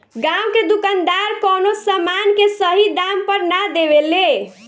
गांव के दुकानदार कवनो समान के सही दाम पर ना देवे ले